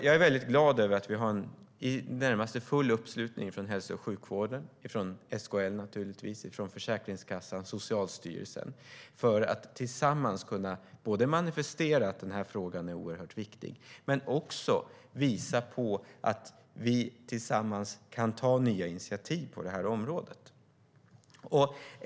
Jag är väldigt glad över att vi har en i det närmaste full uppslutning från hälso och sjukvården, naturligtvis från SKL, från Försäkringskassan och från Socialstyrelsen för att tillsammans kunna manifestera att den här frågan är oerhört viktig men också visa att vi tillsammans kan ta nya initiativ på det här området.